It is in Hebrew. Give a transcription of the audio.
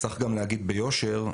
להגיד ביושר,